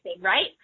right